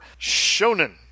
shonen